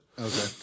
Okay